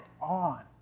on